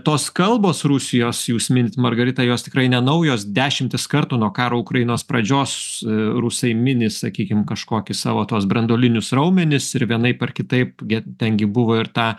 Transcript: tos kalbos rusijos jūs minit margarita jos tikrai nenaujos dešimtis kartų nuo karo ukrainos pradžios rusai mini sakykim kažkokį savo tuos branduolinius raumenis ir vienaip ar kitaip ge ten gi buvo ir ta